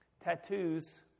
Tattoos